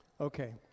Okay